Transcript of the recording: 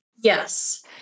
Yes